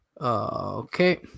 Okay